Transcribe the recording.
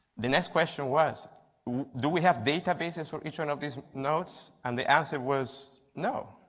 the next question was do we have databases for each one of these node's. and the answer was no.